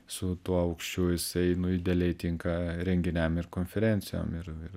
su tuo aukščiu jisai nu idealiai tinka renginiam ir konferencijom ir ir